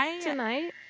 tonight